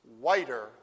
whiter